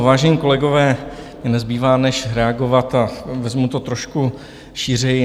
Vážení kolegové, nezbývá než reagovat a vezmu to trošku šířeji.